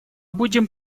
будем